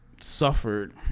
suffered